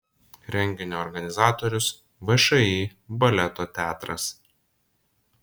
renginio organizatorius všį baleto teatras